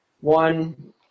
one